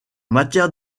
matière